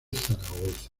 zaragoza